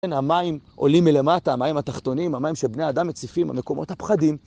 המים עולים מלמטה, המים התחתונים, המים שבני האדם מציפים, המקומות הפחדים